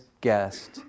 guest